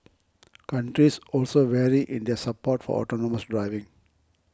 countries also vary in their support for autonomous driving